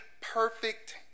perfect